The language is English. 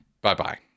Bye-bye